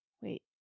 wait